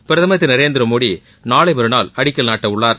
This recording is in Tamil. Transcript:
பிரதமர் திரு நரேந்திரமோடி நாளை மறுநாள் அடிக்கல் நாட்டவள்ளார்